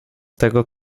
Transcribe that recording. tego